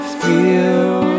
feel